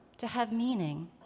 to have meaning.